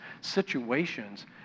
situations